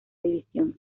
división